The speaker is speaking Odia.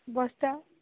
ବର୍ଷା